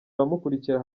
abamukurikira